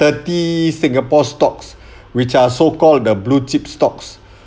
thirty singapore stocks which are so called the blue chip stocks